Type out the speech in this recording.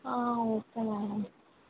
okay madam